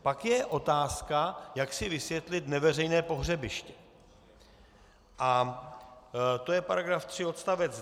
A pak je otázka, jak si vysvětlit neveřejné pohřebiště, a to je § 3 odst.